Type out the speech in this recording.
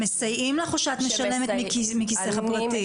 שמסייעים לך, או שאת משלמת מכיסך הפרטי?